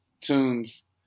Tunes